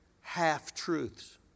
half-truths